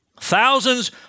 thousands